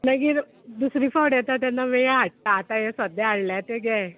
मागीर दुसरी फावट येता तेन्ना वेळ हाडटा आतां हें सद्द्या हाडलें ते घे